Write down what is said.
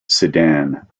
sedan